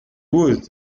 wood